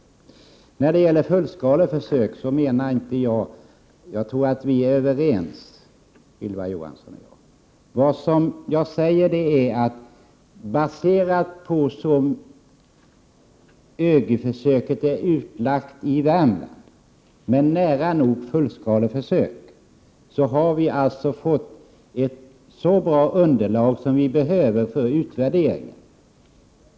När det gäller fullskaleförsök tror jag att Ylva Johansson och jag är överens. Jag har sagt att med den bas som vi har fått genom det ÖGY-försök som är utlagt i Värmland — och som nära nog är ett fullskaleförsök — har vi fått ett så bra underlag som vi behöver för utvärdering.